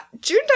June